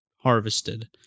harvested